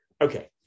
okay